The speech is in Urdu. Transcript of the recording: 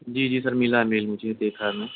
جی جی سر ملا میل مجھے دیکھا ہے میں